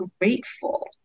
grateful